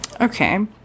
Okay